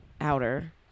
outer